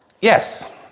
yes